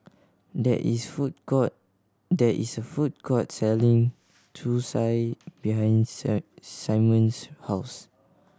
there is food court there is a food court selling Zosui behind Simon's house